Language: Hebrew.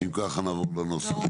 אם כך, נעבור לנוסח.